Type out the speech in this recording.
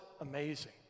amazing